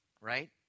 right